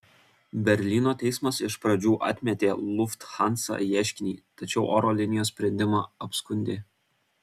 berlyno teismas iš pradžių atmetė lufthansa ieškinį tačiau oro linijos sprendimą apskundė